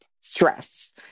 stress